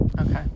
Okay